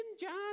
John